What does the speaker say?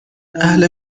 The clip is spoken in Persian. اهل